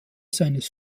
seines